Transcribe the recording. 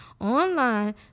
online